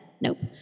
nope